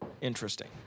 interesting